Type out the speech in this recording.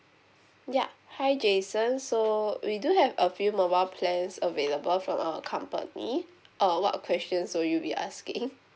ya hi jason so uh we do have a few mobile plans available from our company uh what questions would you be asking